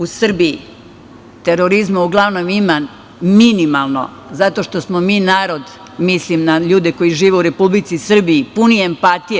U Srbiji terorizma uglavnom ima minimalno, zato što smo mi narod, mislim na ljude koji žive u Republici Srbiji, puni empatije.